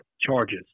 charges